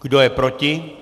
Kdo je proti?